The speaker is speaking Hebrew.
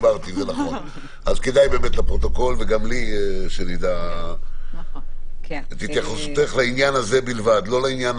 היא שמבחינה טכנולוגית זה דבר די מורכב וייקח עד שלושה חודשים.